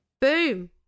boom